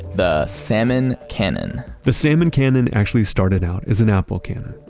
the salmon cannon the salmon cannon actually started out as an apple cannon.